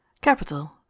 Capital